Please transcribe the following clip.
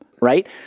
right